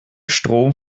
strom